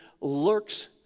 lurks